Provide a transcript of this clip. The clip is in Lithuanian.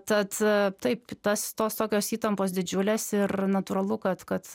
tad taip tas tos tokios įtampos didžiulės ir natūralu kad kad